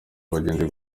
abagenzi